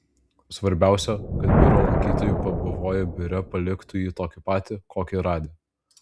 svarbiausia kad biuro lankytojai pabuvoję biure paliktų jį tokį patį kokį radę